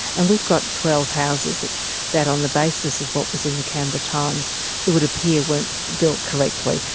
and we've got twelve houses that on the basis of what was in the canberra times it would appear weren't built correctly.